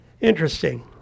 Interesting